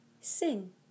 sing